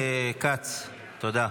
חבר הכנסת כץ, תודה.